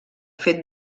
fet